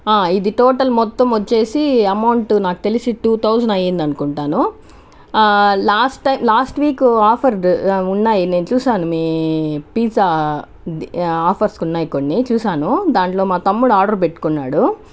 ఇది టోటల్ మొత్తం వచ్చేసి అమౌంట్ నాకు తెలిసి టూ థౌజండ్ అయ్యింది అనుకుంటాను లాస్ట్ లాస్ట్ వీక్ ఆఫర్ ఉన్నాయి నేను చూసాను మీ పీజ్జా ఆఫర్స్ ఉన్నాయి కొన్ని చూసాను దాంట్లో మా తమ్ముడు ఆర్డర్ పెట్టుకున్నాడు